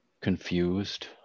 confused